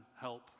help